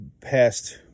past